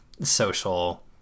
social